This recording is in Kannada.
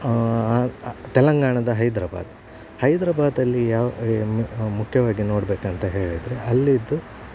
ತೆಲಂಗಾಣದ ಹೈದ್ರಬಾದ್ ಹೈದ್ರಬಾದಲ್ಲಿ ಯಾವ ಮುಖ್ಯವಾಗಿ ನೋಡ್ಬೇಕು ಅಂತ ಹೇಳಿದರೆ ಅಲ್ಲಿದು